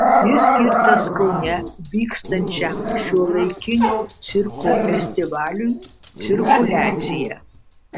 jis skirtas kaune vykstančiam šiuolaikinio cirko festivaliui cirkuliacija